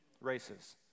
races